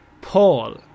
Paul